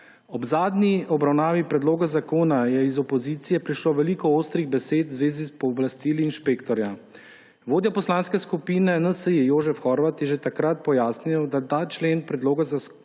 Ob zadnji obravnavi predloga zakona je iz opozicije prišlo veliko ostrih besed v zvezi s pooblastili inšpektorja. Vodja Poslanske skupine NSi Jožef Horvat je že takrat pojasnil, da je ta člen predloga zakona